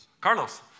Carlos